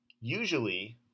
Usually